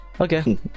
Okay